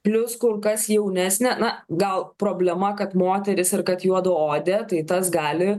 plius kur kas jaunesnė na gal problema kad moteris ir kad juodaodė tai tas gali